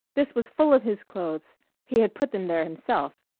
this was full of his clothes he had put them there himself.